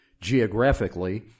geographically